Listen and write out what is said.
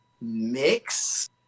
mix